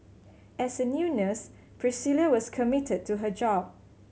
as a new nurse Priscilla was committed to her job